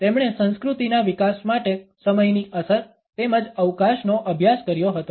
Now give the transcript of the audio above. તેમણે સંસ્કૃતિના વિકાસ માટે સમયની અસર તેમજ અવકાશનો અભ્યાસ કર્યો હતો